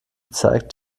zeigt